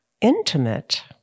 intimate